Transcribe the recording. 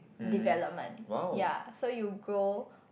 development ya so you grow